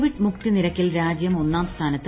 Covid മുക്തി നിരക്കിൽ രീജ്യം ഒന്നാം സ്ഥാനത്ത്